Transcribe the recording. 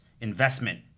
investment